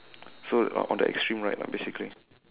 so on on the extreme right lah basically